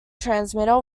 transmitter